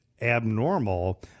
abnormal